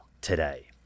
today